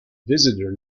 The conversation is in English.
visitor